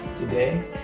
today